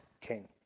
king